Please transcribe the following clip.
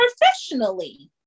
professionally